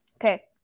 Okay